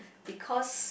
because